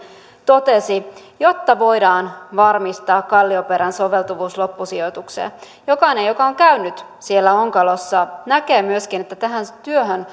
totesi jotta voidaan varmistaa kallioperän soveltuvuus loppusijoitukseen jokainen joka on käynyt siellä onkalossa näkee myöskin että tähän työhön